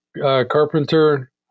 carpenter